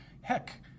heck